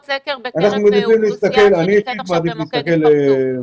סקר בקרב אוכלוסייה שנמצאת עכשיו במוקד התפרצות,